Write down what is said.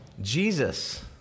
Jesus